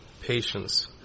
patience